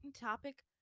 topic